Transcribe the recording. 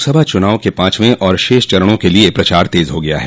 लोकसभा चुनाव के पांचवें और शेष चरणों के लिये प्रचार तेज हो गया है